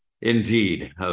Indeed